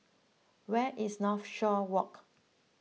where is Northshore Walk